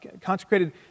consecrated